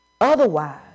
Otherwise